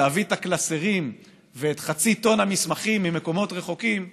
להביא את הקלסרים ואת חצי טון המסמכים ממקומות רחוקים הצליחו.